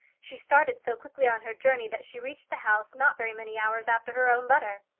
she started so quickly on her journey that she reached the house not very many hours after her own letter.